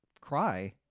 cry